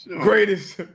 Greatest